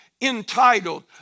entitled